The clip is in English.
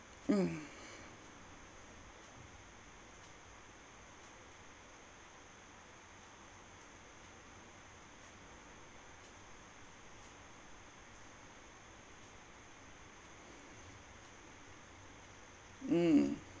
mm mm